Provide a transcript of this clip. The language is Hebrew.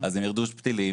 אז אם ירדו טילים,